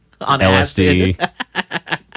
LSD